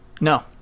No